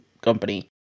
company